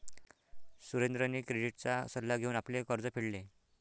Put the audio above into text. सुरेंद्रने क्रेडिटचा सल्ला घेऊन आपले कर्ज फेडले